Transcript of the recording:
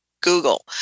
Google